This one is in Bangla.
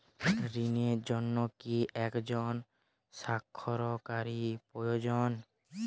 ঋণের জন্য কি একজন স্বাক্ষরকারী প্রয়োজন?